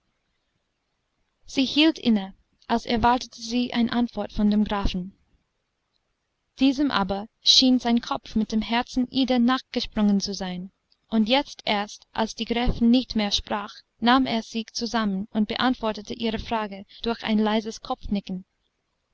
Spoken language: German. sie hielt inne als erwartete sie eine antwort von dem grafen diesem aber schien sein kopf mit dem herzen ida nachgesprungen zu sein und jetzt erst als die gräfin nicht mehr sprach nahm er sich zusammen und beantwortete ihre frage durch ein leises kopfnicken